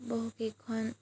বহুকেইখন